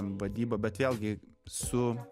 vadyba bet vėlgi su